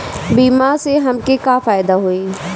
बीमा से हमके का फायदा होई?